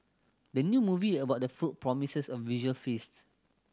the new movie about food promises a visual feast